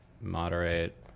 moderate